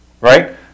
Right